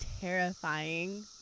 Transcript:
terrifying